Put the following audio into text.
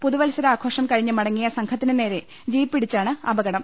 പുതുവത്സര്യആഘോഷം കഴിഞ്ഞ് മടങ്ങിയ സംഘത്തിനു നേരെ ജീപ്പ് ഇടിച്ചാണ് അപകടം